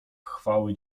chwały